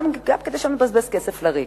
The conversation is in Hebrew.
גם כדי שלא נבזבז כסף לריק.